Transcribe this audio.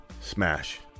Smash